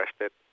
arrested